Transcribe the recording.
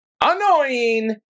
Annoying